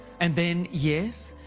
and then, yes,